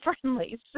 friendly